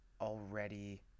already